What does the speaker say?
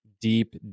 deep